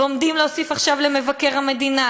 ועכשיו עומדים להוסיף למבקר המדינה,